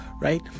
right